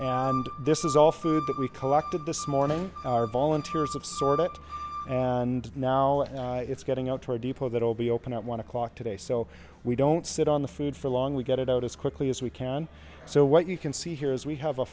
depots this is all food that we collected this morning our volunteers absurd it and now it's getting out toward people that will be open at one o'clock today so we don't sit on the food for long we get it out as quickly as we can so what you can see here is we have a